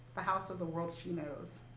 the house of the world she knows.